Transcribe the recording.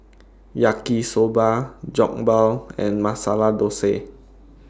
Yaki Soba Jokbal and Masala Dosa